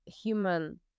human